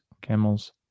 camels